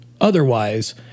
otherwise